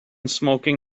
smoking